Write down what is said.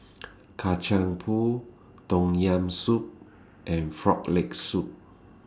Kacang Pool Tom Yam Soup and Frog Leg Soup